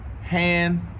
hand